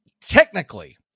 technically